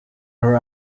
her